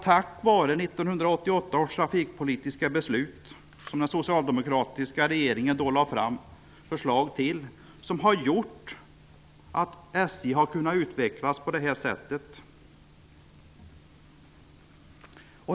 Jag vill inledningsvis hävda att det är tack vare 1988 SJ har kunnat utvecklas på detta sätt.